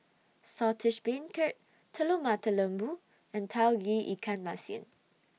Saltish Beancurd Telur Mata Lembu and Tauge Ikan Masin